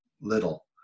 little